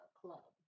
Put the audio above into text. club